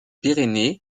pyrénées